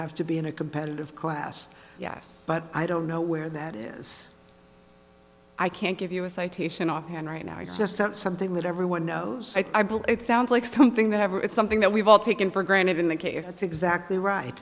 have to be in a competitive class yes but i don't know where that is i can't give you a citation offhand right now it's just some something that everyone knows it sounds like something that ever it's something that we've all taken for granted in a case that's exactly right